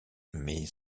mais